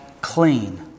clean